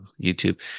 YouTube